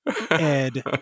Ed